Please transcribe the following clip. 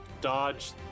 dodge